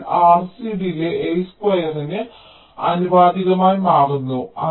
അതിനാൽ RC delay L സ്ക്വയറിന് ആനുപാതികമായി മാറുന്നു